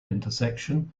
intersection